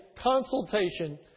consultation